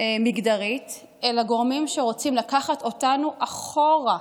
מגדרית אלא גורמים שרוצים לקחת אותנו אחורה.